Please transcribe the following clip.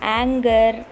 anger